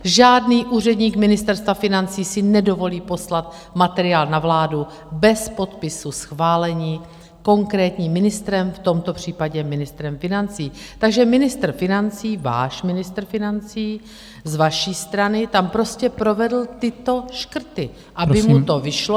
Žádný úředník Ministerstva financí si nedovolí poslat materiál na vládu bez podpisu schválení konkrétním ministrem, v tomto případě ministrem financí, takže ministr financí, váš ministr financí z vaší strany tam prostě provedl tyto škrty, aby mu to vyšlo.